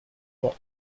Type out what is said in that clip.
pour